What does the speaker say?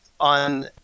On